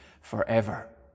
forever